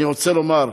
אני רוצה לומר,